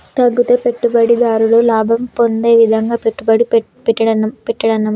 తగ్గితే పెట్టుబడిదారుడు లాభం పొందే విధంగా పెట్టుబడి పెట్టాడన్నమాట